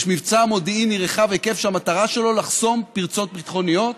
יש מבצע מודיעיני רחב היקף שהמטרה שלו לחסום פרצות ביטחוניות